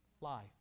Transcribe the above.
Life